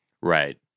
Right